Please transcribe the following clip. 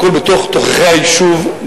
הכול בתוך-תוככי היישוב,